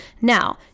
now